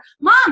mom